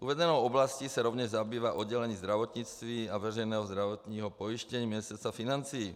Uvedenou oblastí se rovněž zabývá oddělení zdravotnictví a veřejného zdravotního pojištění Ministerstva financí.